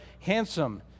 handsome